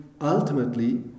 ultimately